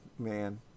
Man